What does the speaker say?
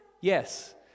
Yes